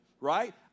right